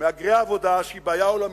ומהגרי עבודה, שזה בעיה עולמית,